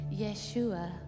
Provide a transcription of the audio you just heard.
Yeshua